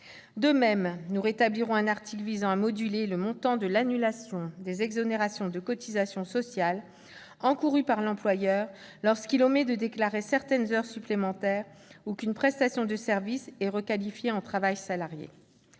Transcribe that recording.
De même, nous rétablirons un article modulant le montant de l'annulation des exonérations de cotisations sociales encourue par l'employeur lorsqu'il omet de déclarer certaines heures supplémentaires ou qu'une prestation de services est requalifiée en travail salarié.